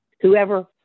Whoever